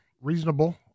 reasonable